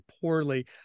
poorly